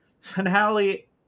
finale